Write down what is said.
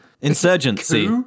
Insurgency